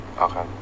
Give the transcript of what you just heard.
Okay